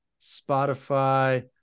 spotify